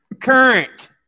current